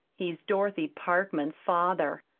he's dorothy parkman's father,